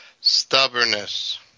stubbornness